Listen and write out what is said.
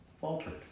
faltered